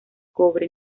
cobre